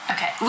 Okay